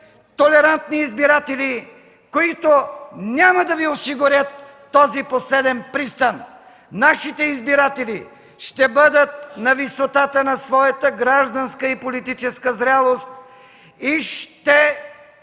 толерантни избиратели, които няма да Ви осигурят този последен пристан. Нашите избиратели ще бъдат на висотата на своята гражданска и политическа зрялост и ще